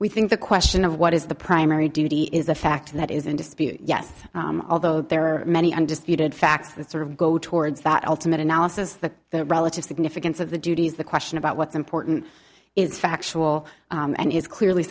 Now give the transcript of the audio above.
we think the question of what is the primary duty is the fact that is in dispute yes although there are many undisputed facts that sort of go towards that ultimate analysis the relative significance of the duties the question about what's important is factual and is clearly